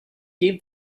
gave